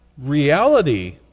reality